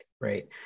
right